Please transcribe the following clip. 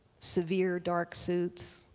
severe dark suits,